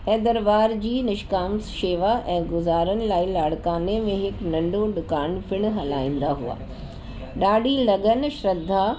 ऐं दरबार जी निष्काम शेवा ऐं गुज़ारण लाइ लाड़काने में हिकु नंढो दुकान पिणु हलाईंदा हुआ ॾाढी लगन श्रद्धा